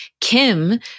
Kim